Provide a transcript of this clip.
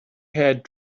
had